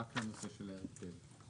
רק לנושא של ההרכב.